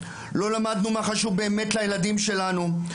לא למדנו מה חשוב באמת לילדים שלנו,